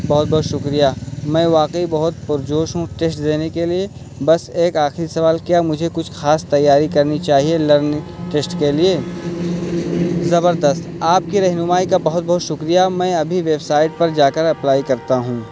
بہت بہت شکریہ میں واقعی بہت پرجوش ہوں ٹیسٹ دینے کے لیے بس ایک آخری سوال کیا مجھے کچھ خاص تیاری کرنی چاہیے لرننگ ٹیسٹ کے لیے زبردست آپ کی رہنمائی کا بہت بہت شکریہ میں ابھی ویب سائٹ پر جا کر اپلائی کرتا ہوں